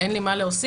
אין לי מה להוסיף,